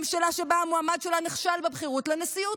ממשלה שהמועמד שלה נכשל בבחירות לנשיאות,